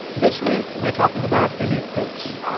this week, we're talking about elite groups.